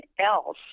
else